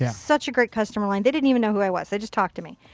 yeah such a good customer line. they didn't even know who i was they just talked to me.